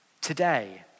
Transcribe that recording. today